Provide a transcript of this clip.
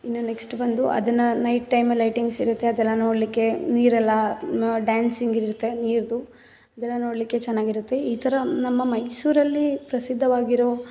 ಇನ್ನು ನೆಕ್ಸ್ಟ್ ಬಂದು ಅದನ್ನು ನೈಟ್ ಟೈಮಲ್ಲಿ ಲೈಟಿಂಗ್ಸ್ ಇರುತ್ತೆ ಅದೆಲ್ಲ ನೋಡಲಿಕ್ಕೆ ನೀರೆಲ್ಲ ಡ್ಯಾನ್ಸಿಂಗ್ ಇರುತ್ತೆ ನೀರದ್ದು ಅದೆಲ್ಲ ನೋಡಲಿಕ್ಕೆ ಚೆನ್ನಾಗಿರುತ್ತೆ ಈ ಥರ ನಮ್ಮ ಮೈಸೂರಲ್ಲಿ ಪ್ರಸಿದ್ಧವಾಗಿರೋ